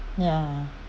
ya